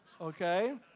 Okay